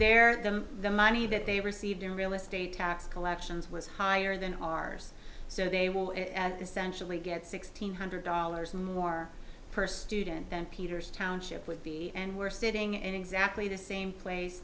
their them the money that they received in real estate tax collections was higher than ours so they will as essentially get sixteen hundred dollars more per student than peters township with and we're sitting in exactly the same place